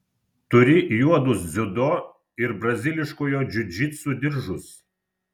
turi juodus dziudo ir braziliškojo džiudžitsu diržus